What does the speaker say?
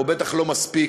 או בטח לא מספיק,